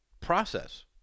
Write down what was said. process